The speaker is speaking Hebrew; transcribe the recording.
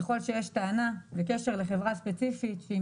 ככל שיש טענה וקשר לחברה ספציפית שהיא